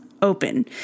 open